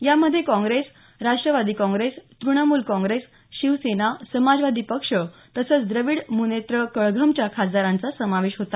यामध्ये काँग्रेस राष्ट्रवादी काँग्रेस तृणमूल काँग्रेस शिवसेना समाजवादी पक्ष तसंच द्रविड म्नेत्र कळघमच्या खासदारांचा समावेश होता